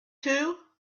too